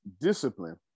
discipline